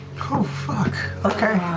oh fuck, okay.